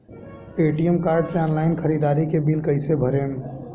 ATM card से online ख़रीदारी के बिल कईसे भरेम?